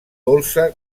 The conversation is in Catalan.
dolça